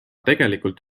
tegelikult